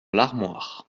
l’armoire